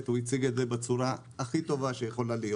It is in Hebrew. הוא הציג את זה בצורה הכי טובה שיכולה להיות